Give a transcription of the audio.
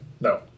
No